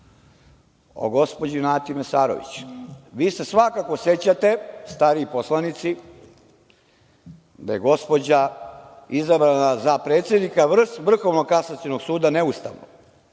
o gospođi Nati Mesarović. Vi se svakako sećate, stariji poslanici, da je gospođa izabrana za predsednika Vrhovnog kasacionog suda, ne ustavnog,